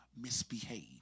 misbehave